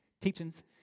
teachings